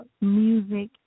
music